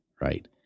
right